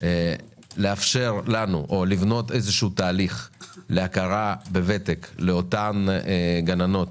לאפשר לנו או לבנות תהליך להכרה בוותק לאותן גננות